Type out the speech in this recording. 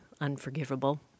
unforgivable